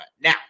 Now